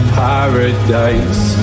paradise